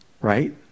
right